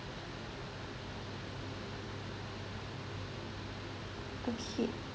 okay